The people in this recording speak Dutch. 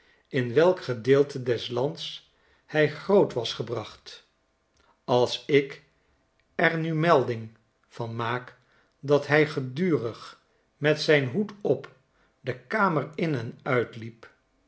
in welk gedeelte des lands hij groot was gebracht als ik er nu melding van maak dat hij gedurig met zijn hoed op de kamer in en uitliep